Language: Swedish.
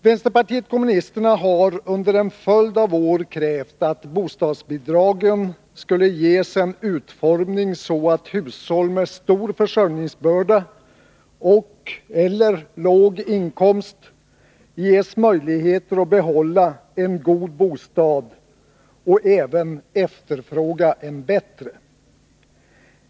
Vänsterpartiet kommunisterna har under en följd av år krävt att bostadsbidragen skall ges en sådan utformning att hushåll med stor försörjningsbörda och/eller låg inkomst ges möjligheter att behålla en god bostad och även efterfråga en bättre.